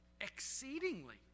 exceedingly